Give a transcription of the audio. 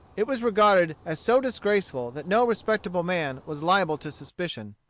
it was regarded as so disgraceful that no respectable man was liable to suspicion.